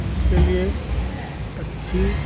जिसके लिए पक्षी